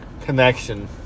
connection